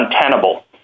untenable